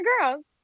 Girls